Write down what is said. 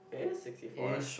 it is sixty four